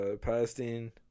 Palestine